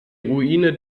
ruine